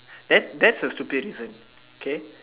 that's that's a stupid reason okay